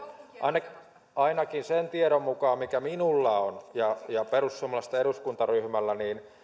ainakin sen tiedon mukaan mikä minulla ja ja perussuomalaisten eduskuntaryhmällä